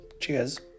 Cheers